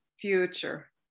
future